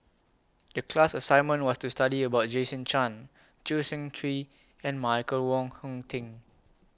The class assignment was to study about Jason Chan Choo Seng Quee and Michael Wong Hong Teng